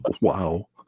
Wow